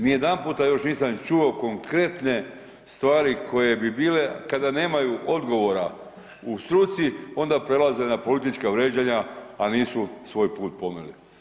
Ni jedan puta još nisam čuo konkretne stvari koje bi bile kada nemaju odgovora u struci, onda prelaze na politička vrijeđanja a nisu svoj put pomeli.